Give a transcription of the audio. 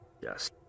Yes